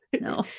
No